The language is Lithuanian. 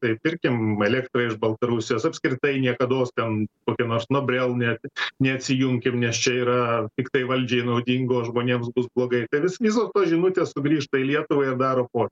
tai pirkim elektrą iš baltarusijos apskritai niekados ten kokia nors nuo brel ne neatsijunkim nes čia yra tiktai valdžiai naudinga o žmonėms bus blogai tai visos tos žinutės sugrįžta į lietuvą ir daro